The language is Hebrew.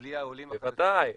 בוודאי.